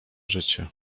życie